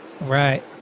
right